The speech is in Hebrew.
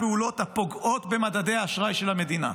פעולות הפוגעות במדדי האשראי של המדינה.